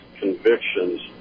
convictions